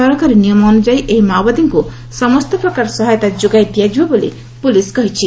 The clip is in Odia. ସରକାରୀ ନିୟମ ଅନୁଯାୟୀ ଏହି ମାଓବାଦୀଙ୍କୁ ସମସ୍ତ ପ୍ରକାର ସହାୟତା ଯୋଗାଇ ଦିଆଯିବ ବୋଲି ପୋଲିସ କହିଛି